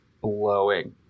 blowing